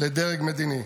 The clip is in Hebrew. לדרג מדיני.